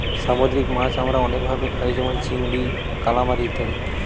সামুদ্রিক মাছ আমরা অনেক ভাবে খাই যেমন চিংড়ি, কালামারী ইত্যাদি